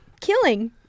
Killing